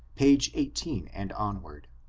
p. seventeen, and onward